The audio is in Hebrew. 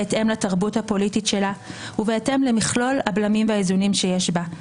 בהתאם לתרבות הפוליטית שלה ובהתאם למכלול הבלמים והאיזונים שיש בה,